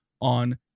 on